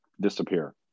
disappear